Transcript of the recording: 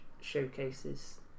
showcases